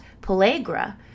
pellagra